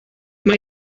mae